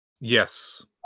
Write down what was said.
Yes